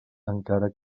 encara